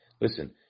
listen